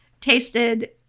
tasted